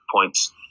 points